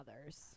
others